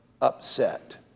upset